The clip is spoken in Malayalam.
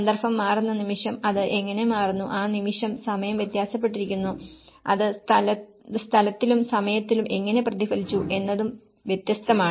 സന്ദർഭം മാറുന്ന നിമിഷം അത് എങ്ങനെ മാറുന്നു ആ നിമിഷം സമയം വ്യത്യാസപ്പെട്ടിരിക്കുന്നു അത് സ്ഥലത്തിലും സമയത്തിലും എങ്ങനെ പ്രതിഫലിച്ചു എന്നതും വ്യത്യസ്തമാണ്